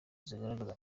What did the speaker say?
zigaragaza